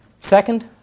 Second